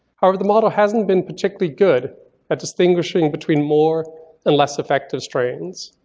however, the model hasn't been particularly good at distinguishing between more and less effective strains.